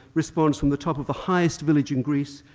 responds from the top of the highest village in greece,